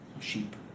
Sheep